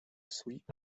sweep